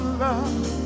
love